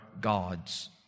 gods